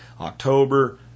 October